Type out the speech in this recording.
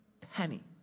penny